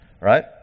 right